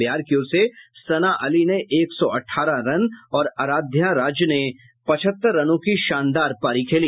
बिहार की ओर से सना अली ने एक सौ अठारह रन और आराध्या राज ने पचहत्तर रनों की शानदार पारी खेली